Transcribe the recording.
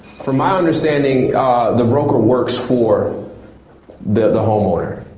from my understanding the broker works for the the homeowner.